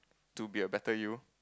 to be a better you